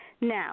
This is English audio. Now